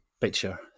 picture